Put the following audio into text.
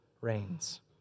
reigns